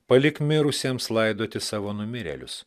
palik mirusiems laidoti savo numirėlius